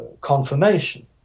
confirmation